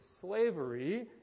slavery